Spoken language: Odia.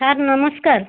ସାର୍ ନମସ୍କାର